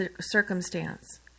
circumstance